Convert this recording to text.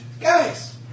Guys